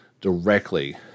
directly